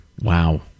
Wow